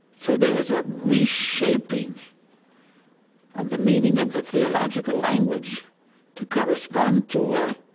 so there was a reshaping of the meaning of the theological language to correspond to ah